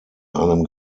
einem